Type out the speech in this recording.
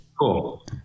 cool